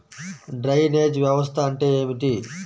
Drainage వ్యవస్థ అంటే ఏమిటి?